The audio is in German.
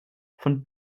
von